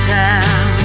town